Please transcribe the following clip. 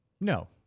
No